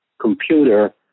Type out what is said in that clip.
computer